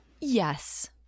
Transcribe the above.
Yes